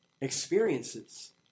experiences